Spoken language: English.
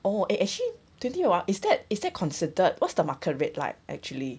oh eh actually twenty !wah! is that is that considered what's the market rate like actually